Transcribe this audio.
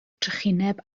trychineb